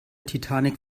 titanic